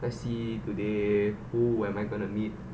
let's see today who am I going to meet